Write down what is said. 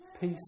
Peace